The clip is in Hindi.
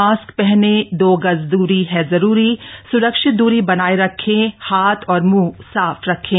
मास्क पहनें दो गज़ दूरी है ज़रूरी स्रक्षित दूरी बनाए रखें हाथ और मुंह साफ रखें